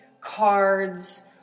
cards